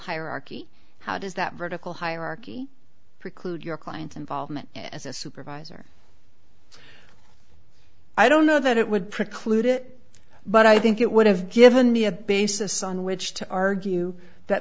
hierarchy how does that vertical hierarchy preclude your client involvement as a supervisor i don't know that it would preclude it but i think it would have given me a basis on which to argue that